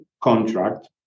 contract